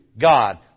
God